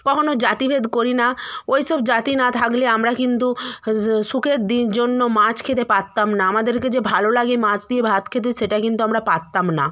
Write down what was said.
কখনো জাতিভেদ করি না ওই সব জাতি না থাকলে আমরা কিন্তু সুখের দি জন্য মাছ খেতে পারতাম না আমাদেরকে যে ভালো লাগে মাছ দিয়ে ভাত খেতে সেটা কিন্তু আমরা পারতাম না